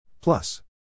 Plus